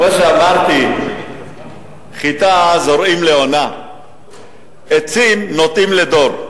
כמו שאמרתי, חיטה זורעים לעונה, עצים נוטעים לדור.